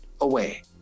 away